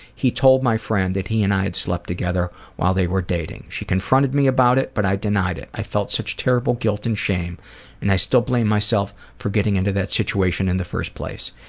he told my friend that he and i had slept together while they were dating. she confronted me about it but i denied it. i felt such terrible guilt and shame and i still blame myself for getting into that situation in the first place.